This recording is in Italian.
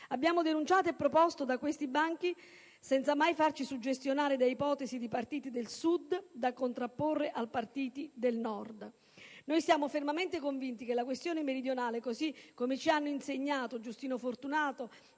Abbiamo denunciato e avanzato proposte da questi banchi, senza farci mai suggestionare da ipotesi di partiti del Sud da contrapporre a partiti del Nord. Siamo fermamente convinti che quella meridionale, così come ci hanno insegnato Giustino Fortunato